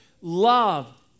Love